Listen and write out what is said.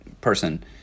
person